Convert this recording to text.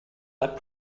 that